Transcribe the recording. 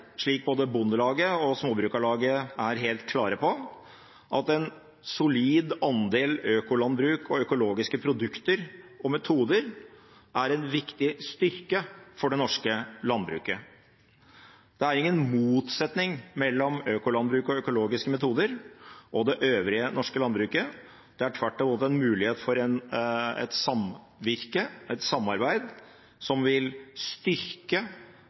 slik både Bondelaget og Småbrukarlaget er helt klare på, at en solid andel økolandbruk og økologiske produkter og metoder er en viktig styrke for det norske landbruket. Det er ingen motsetning mellom økolandbruk og økologiske metoder og det øvrige norske landbruket. Det er tvert imot en mulighet for et samvirke, et samarbeid som vil styrke